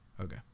Okay